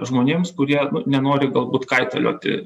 žmonėms kurie nenori galbūt kaitalioti